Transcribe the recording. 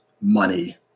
money